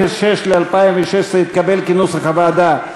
סעיף 06 ל-2016 התקבל, כנוסח הוועדה.